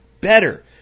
better